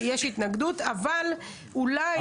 יש התנגדות, אבל אולי נצליח.